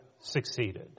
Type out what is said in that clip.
succeeded